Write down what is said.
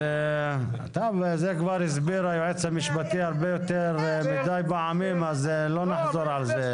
זה כבר הסביר היועץ המשפטי הרבה יותר מידי פעמים אז לא נחזור על זה.